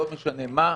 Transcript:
לא משנה מה.